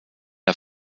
der